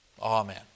Amen